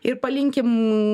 ir palinkim